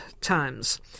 Times